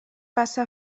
passa